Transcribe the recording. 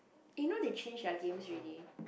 you know they change their games already